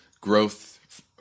growth